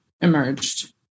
emerged